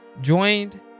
joined